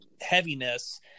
heaviness